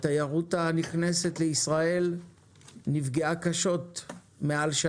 התיירות הנכנסת לישראל נפגעה קשות כבר יותר